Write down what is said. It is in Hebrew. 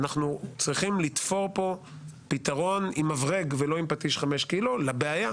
ואנחנו צריכים לתפור פה פתרון עם מברג ולא עם פטיש חמש קילו לבעיה.